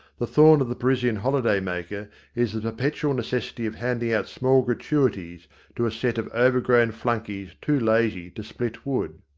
the thorn of the parisian holiday-maker is the perpetual necessity of handing out small gratuities to a set of overgrown flunkies too lazy to split wood.